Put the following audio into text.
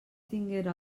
tinguera